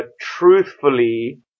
truthfully